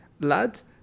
lads